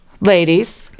ladies